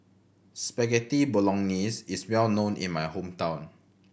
Spaghetti Bolognese is well known in my hometown